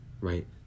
right